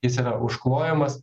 jis yra užklojamas